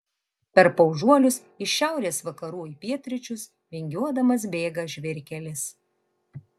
per paužuolius iš šiaurės vakarų į pietryčius vingiuodamas bėga žvyrkelis